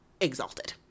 exalted